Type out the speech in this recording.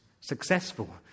successful